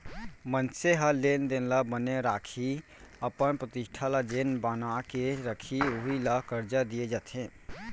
मनसे ह लेन देन ल बने राखही, अपन प्रतिष्ठा ल जेन बना के राखही उही ल करजा दिये जाथे